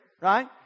right